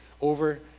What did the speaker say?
over